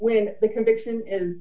when the conviction is